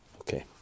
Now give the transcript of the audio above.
Okay